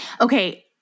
Okay